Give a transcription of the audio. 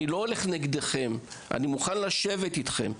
אני לא הולך נגדכם, אני מוכן לשבת איתכם.